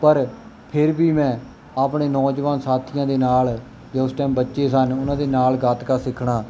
ਪਰ ਫਿਰ ਵੀ ਮੈਂ ਆਪਣੇ ਨੌਜਵਾਨ ਸਾਥੀਆਂ ਦੇ ਨਾਲ ਤੇ ਉਸ ਟਾਈਮ ਬੱਚੇ ਸਨ ਉਹਨਾਂ ਦੇ ਨਾਲ ਗਤਕਾ ਸਿੱਖਣਾ